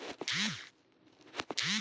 Loan के लेवे क तरीका का ह?